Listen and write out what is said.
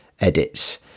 edits